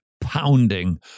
Pounding